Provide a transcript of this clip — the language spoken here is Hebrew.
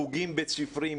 חוגים בית-ספריים.